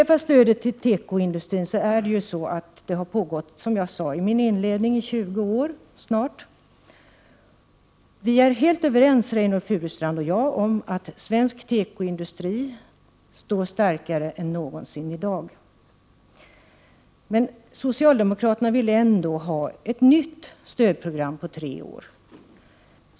Stödet till tekoindustrin har, som jag sade i min inledning, funnits i snart 20 år. Reynoldh Furustrand och jag är helt överens om att svensk tekoindustri står starkare än någonsin i dag. Men socialdemokraterna ville ändå ha ett nytt stödprogram på tre år.